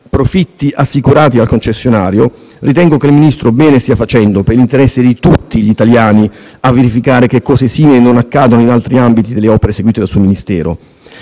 profitti assicurati al concessionario, ritengo che il Ministro stia facendo bene, per interesse di tutti gli italiani, a verificare che cose simili non accadano in altri ambiti per opere seguite dal suo Ministero.